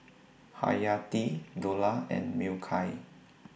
Haryati Dollah and Mikhail